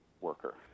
worker